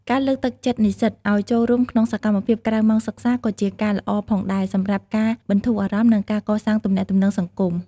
ការលើកទឹកចិត្តនិស្សិតឱ្យចូលរួមក្នុងសកម្មភាពក្រៅម៉ោងសិក្សាក៏ជាការល្អផងដែរសម្រាប់ការបន្ធូរអារម្មណ៍និងការកសាងទំនាក់ទំនងសង្គម។